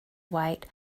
white